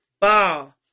Ball